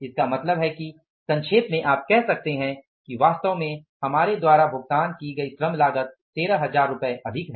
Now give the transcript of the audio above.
इसका मतलब यह है कि संक्षेप में आप कह सकते हैं कि वास्तव में हमारे द्वारा भुगतान की गई श्रम लागत 13000 रुपये अधिक है